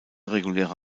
reguläre